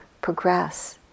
progress